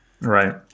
right